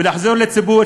ולחזור לציבור,